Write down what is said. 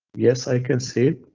yes, i can see.